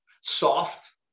soft